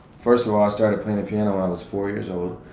first of all, i started playing the piano when i was four years old.